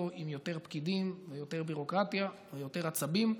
עם יותר פקידים ויותר ביורוקרטיה ויותר עצבים,